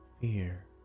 fear